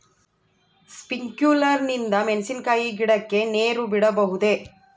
Sprinkler ನಿಂದ ಮೆಣಸಿನಕಾಯಿ ಗಿಡಕ್ಕೆ ನೇರು ಬಿಡಬಹುದೆ?